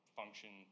function